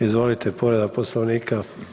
Izvolite, povreda Poslovnika,